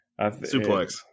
Suplex